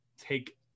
take